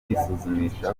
kwisuzumisha